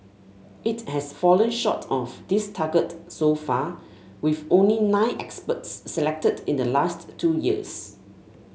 it has fallen short of this target so far with only nine experts selected in the last two years